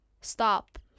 Stop